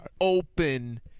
open